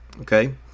Okay